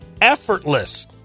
effortless